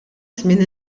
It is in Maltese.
żmien